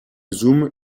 zoom